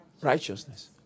righteousness